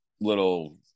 little